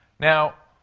now,